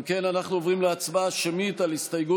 אם צו מצפונך אומר להגדיל את התחלואה ולהמשיך לפגוע באמון הציבור,